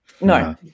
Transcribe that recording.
No